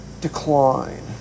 decline